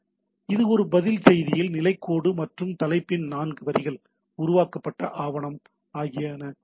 இது ஒரு பதில் செய்தியில் நிலைக் கோடு மற்றும் தலைப்பின் நான்கு வரிகள் உருவாக்கப்பட்ட ஆவணம் ஆகியன உள்ளன